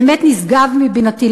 באמת נשגב מבינתי.